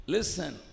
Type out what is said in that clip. Listen